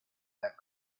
that